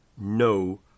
no